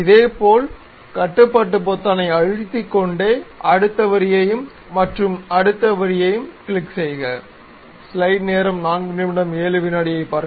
இதேபோல் கட்டுப்பாட்டு பொத்தானை அழுத்திக்கொண்டே அடுத்த வரியையும் மற்றும் அடுத்த வரியைக் கிளிக் செய்க